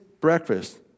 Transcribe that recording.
breakfast